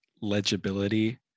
legibility